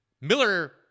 Miller